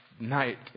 night